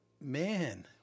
man